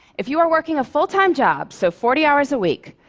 if you are working a full-time job, so forty hours a week,